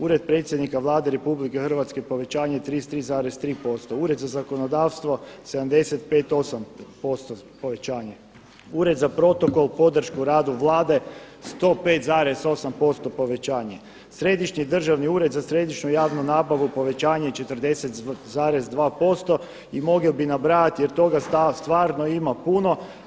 Ured predsjednika Vlade RH povećanje 33,3%, Ured za zakonodavstvo 75,8% povećanje, Ured za protokol, podršku radu Vlade 105,8% povećanje, Središnji državni ured za središnju javnu nabavu povećanje 40,2% i mogao bih nabrajati jer toga stvarno ima puno.